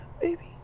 baby